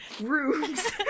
rooms